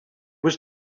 was